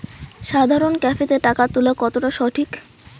সাধারণ ক্যাফেতে টাকা তুলা কতটা সঠিক?